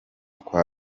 kwa